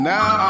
Now